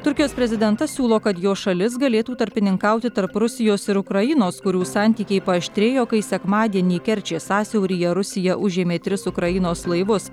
turkijos prezidentas siūlo kad jo šalis galėtų tarpininkauti tarp rusijos ir ukrainos kurių santykiai paaštrėjo kai sekmadienį kerčės sąsiauryje rusija užėmė tris ukrainos laivus